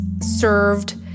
served